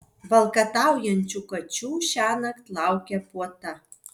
valkataujančių kačių šiąnakt laukia puota